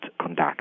conduct